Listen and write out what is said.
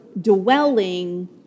dwelling